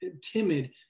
timid